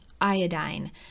iodine